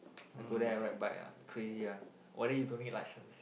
I go there and ride bike ah crazy ah oh then you don't need license